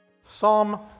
Psalm